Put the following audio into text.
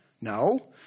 no